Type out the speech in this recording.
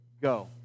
go